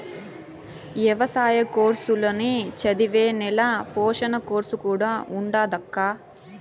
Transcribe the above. ఎవసాయ కోర్సుల్ల నే చదివే నేల పోషణ కోర్సు కూడా ఉండాదక్కా